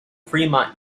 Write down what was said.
fremont